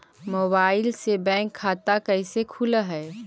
Mobile से bank खाता कैसे खुल है?